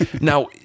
Now